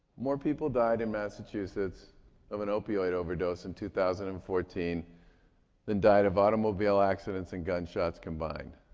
more people died in massachusetts of an opioid overdose in two thousand and fourteen than died of automobile accidents and gunshots combined.